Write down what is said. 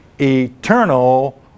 eternal